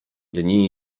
dni